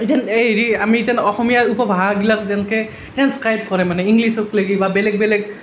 যেন হেৰি আমি যেন অসমীয়াৰ উপভাষাগিলাক যেনকৈ ট্ৰেন্সক্ৰাইব কৰে মানে ইংলিচত লেখি বা বেলেগ বেলেগ